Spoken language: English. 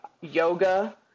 yoga